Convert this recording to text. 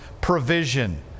provision